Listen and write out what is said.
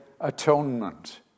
atonement